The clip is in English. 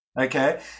Okay